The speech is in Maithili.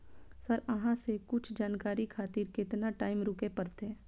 सर अहाँ से कुछ जानकारी खातिर केतना टाईम रुके परतें?